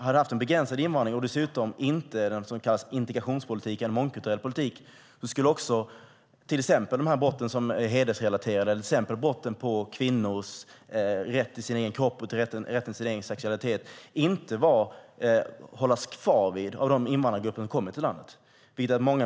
Hade vi haft en begränsad invandring, och dessutom inte fört det som kallas integrationspolitik eller mångkulturell politik, skulle exempelvis de hedersrelaterade brotten, brotten mot kvinnors rätt till sin egen kropp och sexualitet, inte begås av de invandrargrupper som kommer hit.